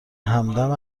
همدم